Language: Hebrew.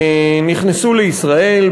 נכנסו לישראל,